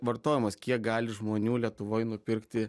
vartojimas kiek gali žmonių lietuvoj nupirkti